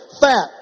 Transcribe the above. Fat